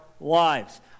lives